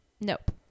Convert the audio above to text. Nope